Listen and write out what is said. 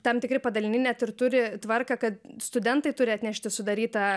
tam tikri padaliniai net ir turi tvarką kad studentai turi atnešti sudarytą